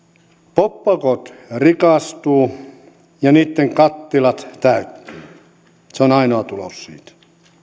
poppaukot rikastuvat ja niitten kattilat täyttyvät se on ainoa tulos siitä